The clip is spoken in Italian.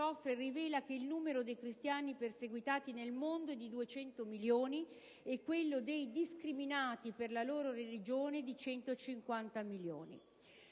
(ACS), rivela che il numero dei cristiani perseguitati nel mondo è di 200 milioni, e quello dei discriminati per la loro religione di 150 milioni.